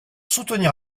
soutenir